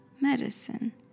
Medicine